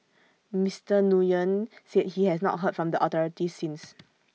Mister Nguyen said he has not heard from the authorities since